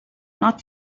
not